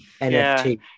NFT